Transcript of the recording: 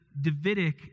Davidic